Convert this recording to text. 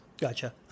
Gotcha